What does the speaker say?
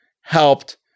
helped